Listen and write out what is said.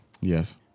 yes